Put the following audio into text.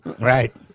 Right